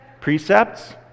precepts